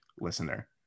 listener